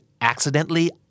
accidentally